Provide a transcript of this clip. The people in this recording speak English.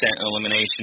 elimination